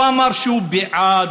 לא אמר שהוא בעד,